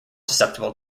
susceptible